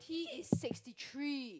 T is sixty three